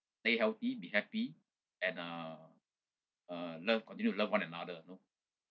stay healthy be happy and uh uh love continue to love one another you know